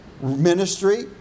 Ministry